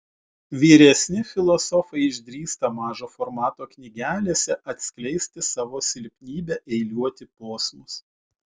vyresni filosofai išdrįsta mažo formato knygelėse atskleisti savo silpnybę eiliuoti posmus